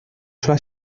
sola